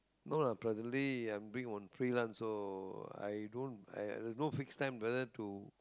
no lah plus the day I'm doing on freelance work uh i don't I I there's no fixed time whether to